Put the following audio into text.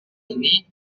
ini